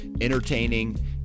entertaining